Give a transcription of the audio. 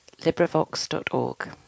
LibriVox.org